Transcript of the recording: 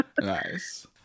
Nice